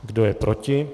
Kdo je proti?